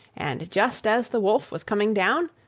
and, just as the wolf was coming down,